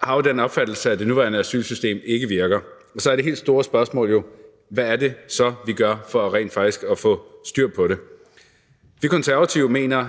har jo den opfattelse, at det nuværende asylsystem ikke virker. Så er det helt store spørgsmål jo: Hvad er det så, vi gør for rent faktisk at få styr på det? Vi Konservative mener